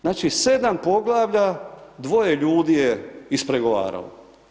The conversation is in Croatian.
Znači 7 poglavlja, dvoje ljudi je ispregovaralo.